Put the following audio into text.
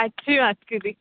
સાચી વાત કીધી